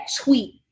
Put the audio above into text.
tweet